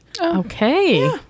okay